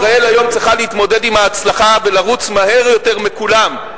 ישראל היום צריכה להתמודד עם ההצלחה ולרוץ מהר יותר מכולם,